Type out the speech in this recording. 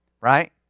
right